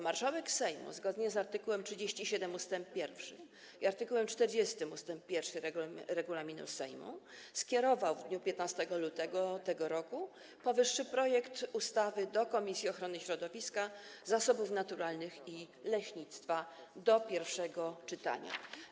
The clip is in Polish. Marszałek Sejmu, zgodnie z art. 37 ust. 1 i art. 40 ust. 1 regulaminu Sejmu, skierował w dniu 15 lutego tego roku powyższy projekt ustawy do Komisji Ochrony Środowiska, Zasobów Naturalnych i Leśnictwa do pierwszego czytania.